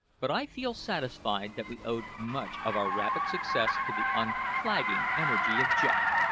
but i feel satisfied that we owed much of our rapid success to the unflagging energy of jack,